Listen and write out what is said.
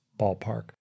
ballpark